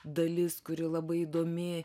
dalis kuri labai įdomi